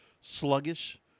sluggish